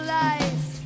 life